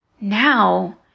now